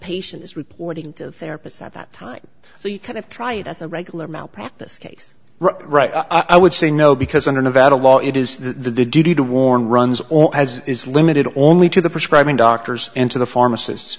patient is reporting to their present that time so you kind of try it as a regular malpractise case right i would say no because under nevada law it is the duty to warn runs or as is limited only to the prescribing doctors and to the pharmacists